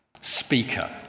speaker